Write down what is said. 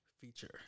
feature